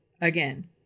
again